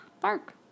Bark